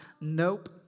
Nope